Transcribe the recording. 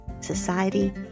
society